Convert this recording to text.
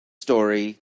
story